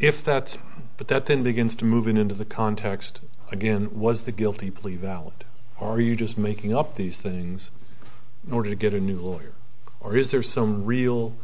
if that but that then begins to move in into the context again was the guilty plea valid are you just making up these things in order to get a new lawyer or is there some real